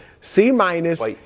C-minus